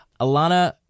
Alana